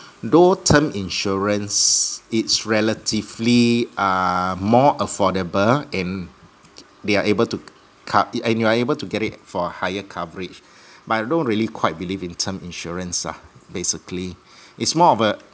though term insurance it's relatively uh more affordable and they are able to co~ it and you are able to get it for higher coverage but I don't really quite believe in term insurance lah basically it's more of a